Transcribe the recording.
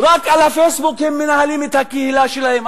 רק ב"פייסבוק" הם מנהלים את הקהילה שלהם.